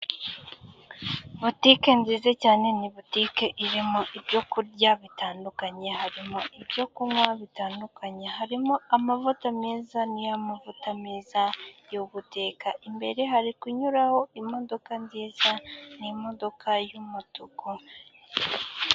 Butike nziza cyane ni butike irimo ibyo kurya bitandukanye. Harimo ibyo kunywa bitandukanye, harimo amavuta meza. Ni ya mavuta meza yo guteka. Imbere hari kunyuraho imodoka nziza, ni imodoka y'umutuku.